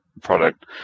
product